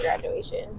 graduation